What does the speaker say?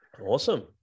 Awesome